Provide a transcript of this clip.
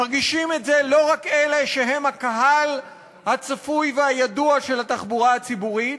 מרגישים את זה לא רק אלה שהם הקהל הצפוי והידוע של התחבורה הציבורית,